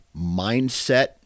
mindset